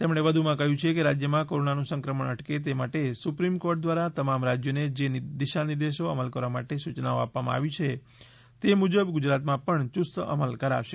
તેમણે વધુમાં કહ્યુ છે કે રાજ્યમાં કોરોનાનું સંક્રમણ અટકે તે માટે સુપ્રિમ કોર્ટ દ્વારા તમામ રાજ્યોને જે દિશાનિર્દેશો અમલ કરવા માટે સૂચનાઓ આપવામાં આવી છે તે મુજબ ગુજરાતમાં પણ યુસ્ત અમલ કરાશે